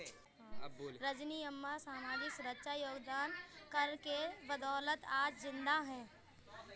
रजनी अम्मा सामाजिक सुरक्षा योगदान कर के बदौलत आज जिंदा है